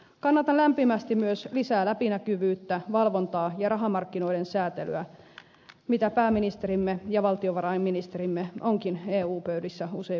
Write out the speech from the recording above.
kannatan lämpimästi myös lisää läpinäkyvyyttä valvontaa ja rahamarkkinoiden säätelyä mitä pääministerimme ja valtiovarainministerimme ovatkin eu pöydissä usein vaatineet